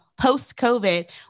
post-COVID